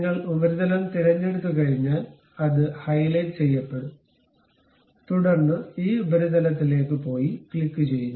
നിങ്ങൾ ഉപരിതലം തിരഞ്ഞെടുത്തുകഴിഞ്ഞാൽ അത് ഹൈലൈറ്റ് ചെയ്യപ്പെടും തുടർന്ന് ഈ ഉപരിതലത്തിലേക്ക് പോയി ക്ലിക്കുചെയ്യുക